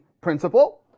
principle